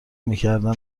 میکردن